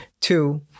Two